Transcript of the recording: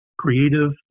creative